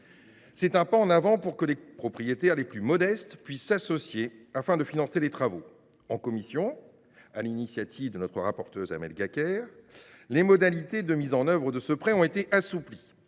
C’est un pas en avant pour que les propriétaires les plus modestes puissent s’associer pour financer des travaux. En commission, sur l’initiative de notre rapporteure Amel Gacquerre, les modalités de mise en œuvre de ce prêt ont été assouplies.